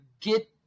get